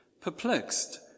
perplexed